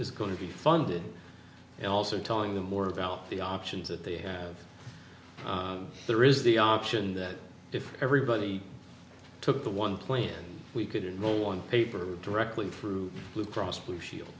is going to be funded and also telling them more about the options that they have there is the option that if everybody took the one plan we could enroll on paper directly through blue cross blue shield